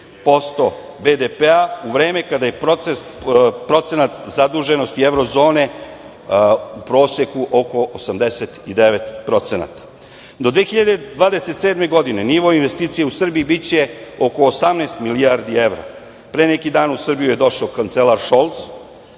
47,6% BDP u vreme kada je procenat zaduženosti Evrozone u proseku oko 89%.Do 2027. godine nivo investicija u Srbiji biće oko 18 milijardi evra. Pre neki dan u Srbiju je došao kancelar Šolc